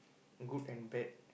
good and bad